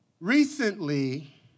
Recently